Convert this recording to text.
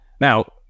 Now